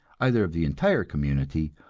either of the entire community,